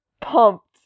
pumped